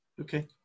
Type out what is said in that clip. Okay